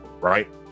right